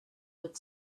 with